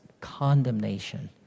condemnation